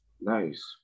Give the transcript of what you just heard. Nice